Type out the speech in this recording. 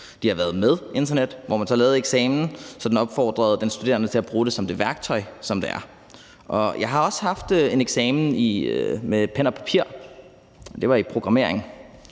har været med internet, hvor man så indrettede eksamen sådan, at den studerende blev opfordret til at bruge det som det værktøj, som det er. Jeg har også været til en eksamen med pen og papir – det var i programmering